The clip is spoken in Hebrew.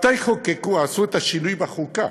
מתי חוקקו, עשו את השינוי בחוקה